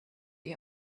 ihr